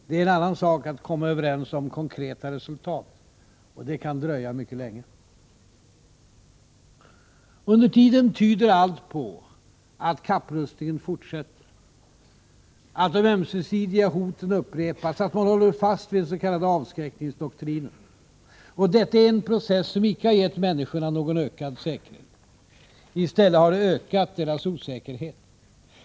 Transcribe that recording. Det är en annan sak att komma överens om konkreta resultat. Och det kan dröja mycket länge. Under tiden tyder allt på att kapprustningen fortsätter, att de ömsesidiga hoten upprepas, att man håller fast vid den s.k. avskräckningsdoktrinen. Detta är en process som icke har gett människorna någon ökad säkerhet. I stället har den ökat deras osäkerhet.